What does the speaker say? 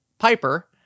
Piper